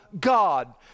God